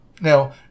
Now